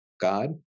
God